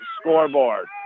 scoreboard